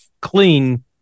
clean